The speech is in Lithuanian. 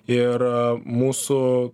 ir mūsų